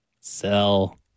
Sell